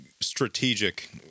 strategic